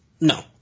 no